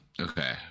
Okay